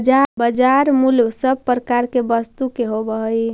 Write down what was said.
बाजार मूल्य सब प्रकार के वस्तु के होवऽ हइ